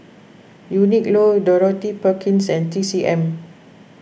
Uniqlo Dorothy Perkins and T C M